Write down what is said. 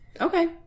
Okay